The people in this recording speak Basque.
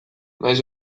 nahiz